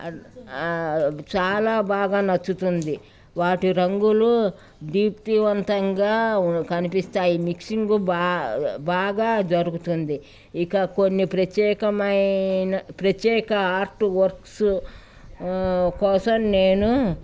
చాలా బాగా నచ్చుతుంది వాటి రంగులు దీప్తివంతంగా కనిపిస్తాయి మిక్సింగు బా బాగా జరుగుతుంది ఇక కొన్ని ప్రత్యేకమైన ప్రత్యేక ఆర్ట్ వర్క్స్ కోసం నేను